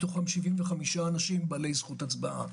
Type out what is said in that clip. מתוכם 75 אנשים בעלי זכות הצבעה.